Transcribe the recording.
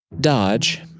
Dodge